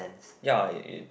ya it it